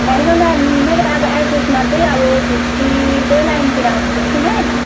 होइन म्याम मैले अब एचएसमा चाहिँ अब फिप्टीको लाइनतिर आएको कि म्याम